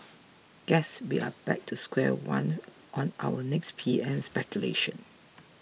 guess we are back to square one on our next P M speculation